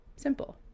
simple